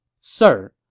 Sir